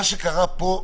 מה שקרה פה,